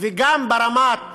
גם ברמת